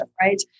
right